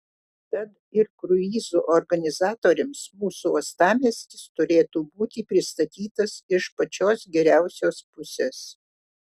tad ir kruizų organizatoriams mūsų uostamiestis turėtų būti pristatytas iš pačios geriausios pusės